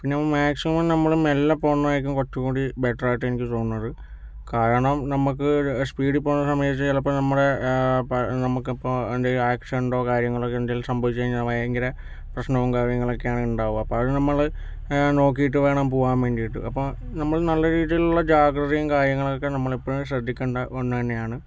പിന്നെ മാക്സിമം നമ്മള് മെല്ലെ പോകുന്നതായിരിക്കും കുറച്ചും കൂടി ബെറ്റര് ആയിട്ട് എനിക്ക് തോന്നുന്നത് കാരണം നമ്മക്ക് സ്പീഡില് പോകുന്ന സമയത്ത് ചിലപ്പോൾ നമ്മുടെ പ നമ്മക്ക് ഇപ്പോൾ എന്തെങ്കിലും ആക്സിഡണ്ടോ കാര്യങ്ങളൊക്കെ എന്തെങ്കിലും സംഭവിച്ചു കഴിഞ്ഞാൽ ഭയങ്കര പ്രശ്നവും കാര്യങ്ങളും ഒക്കെയാണ് ഉണ്ടാവുക അപ്പോൾ അത് നമ്മള് നോക്കീട്ട് വേണം പോകാൻ വേണ്ടിട്ട് അപ്പം നമ്മള് നല്ല രീതീലുള്ള ജാഗ്രതയും കാര്യങ്ങളും ഒക്കെ നമ്മളെപ്പഴും ശ്രദ്ധിക്കേണ്ട ഒന്നു തന്നെയാണ്